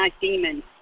demons